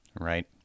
Right